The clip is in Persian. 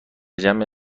جمع